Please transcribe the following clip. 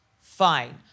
Fine